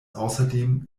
außerdem